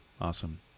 awesome